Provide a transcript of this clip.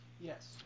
Yes